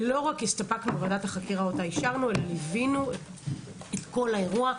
ולא הסתפקנו רק בוועדת החקירה שאותה אישרנו אלא ליווינו את כל האירוע,